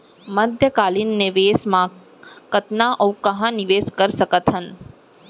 मध्यकालीन निवेश म कतना अऊ कहाँ निवेश कर सकत हन?